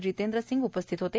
जितेंद्र सिंग उपस्थित होते